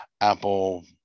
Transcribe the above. Apple